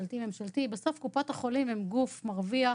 בסוף קופות החולים הם גוף מרוויח